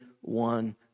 one